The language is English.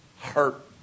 Hurt